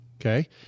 Okay